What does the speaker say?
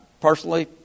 Personally